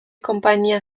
konpainia